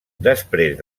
després